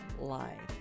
life